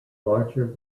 larger